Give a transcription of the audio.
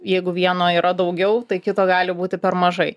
jeigu vieno yra daugiau tai kito gali būti per mažai